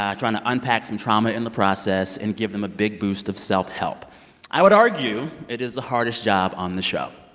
trying to unpack some trauma in the process and give them a big boost of self-help i would argue it is the hardest job on the show.